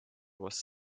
was